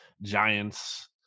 giants